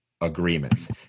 agreements